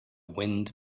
wind